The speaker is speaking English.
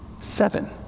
seven